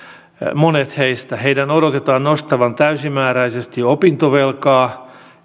monet heistä heidän odotetaan nostavan täysimääräisesti opintovelkaa